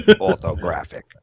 Orthographic